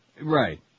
Right